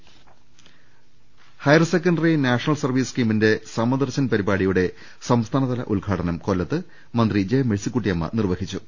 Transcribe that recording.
ദർവ്വെട്ടറ higher secondary national service സ്കീമിന്റെ സമദർശൻ പരി പാടിയുടെ സംസ്ഥാനതല ഉദ്ഘാടനം കൊല്ലത്ത് മന്ത്രി ജെ മേഴ്സിക്കുട്ടി യമ്മ നിർവഹിച്ചു